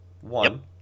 one